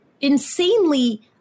insanely